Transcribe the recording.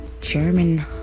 German